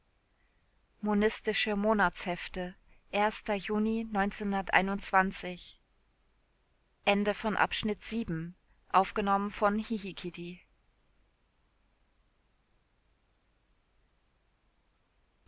monistische monatshefte juni